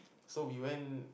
so we went